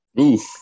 Oof